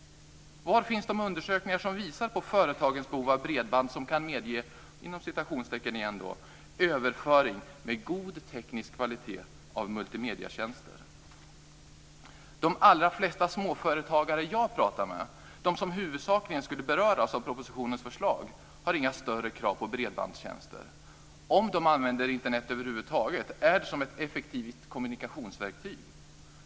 Var finns de undersökningar som visar på företagens behov av bredband som kan medge "överföring med god teknisk kvalitet av multimedietjänster"? De allra flesta småföretagare jag pratar med - de som huvudsakligen skulle beröras av propositionens förslag - har inga större krav på bredbandstjänster. Om de använder Internet över huvud taget är det som ett effektivt kommunikationsverktyg.